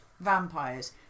vampires